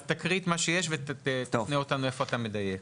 אז תקריא את מה שיש ותפנה אותנו איפה אתה מדייק.